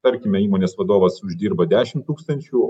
tarkime įmonės vadovas uždirba dešim tūkstančių